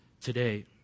today